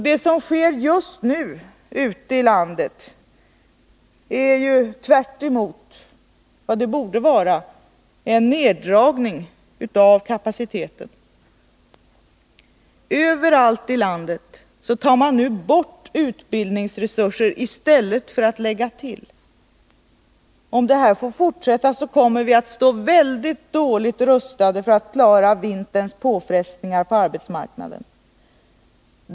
Det som sker just nu ute i landet är ju, tvärtemot vad som borde ske, en neddragning av kapaciteten. Överallt i landet tar man bort utbildningsresurser i stället för att lägga till. Om det här får fortsätta kommer vi att stå väldigt dåligt rustade att klara vinterns påfrestningar på arbetsmarknaden.